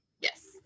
Yes